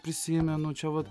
prisimenu čia vat